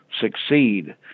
succeed